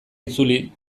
itzuli